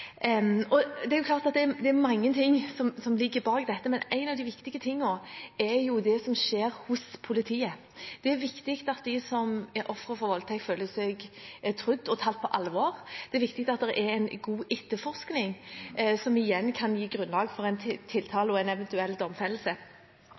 Det er klart at det er mange ting som ligger bak dette, men en av de viktige tingene, er det som skjer hos politiet. Det er viktig at de som er ofre for voldtekt, føler seg trodd og tatt på alvor. Det er viktig at det er en god etterforskning, som igjen kan gi grunnlag for tiltale og en